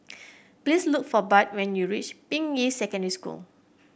please look for Bud when you reach Ping Yi Secondary School